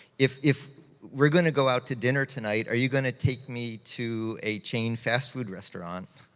if if we're gonna go out to dinner tonight, are you gonna take me to a chain fast food restaurant,